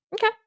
Okay